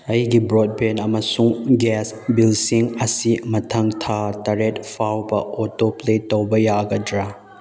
ꯑꯩꯒꯤ ꯕ꯭ꯔꯣꯠꯕꯦꯟ ꯑꯃꯁꯨꯡ ꯒ꯭ꯌꯥꯁ ꯕꯤꯜꯁꯤꯡ ꯑꯁꯤ ꯃꯊꯪ ꯊꯥ ꯇꯔꯦꯠ ꯐꯥꯎꯕ ꯑꯣꯇꯣ ꯄ꯭ꯂꯦ ꯇꯧꯕ ꯌꯥꯒꯗ꯭ꯔꯥ